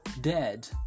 dead